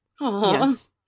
Yes